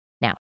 Now